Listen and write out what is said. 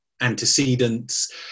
antecedents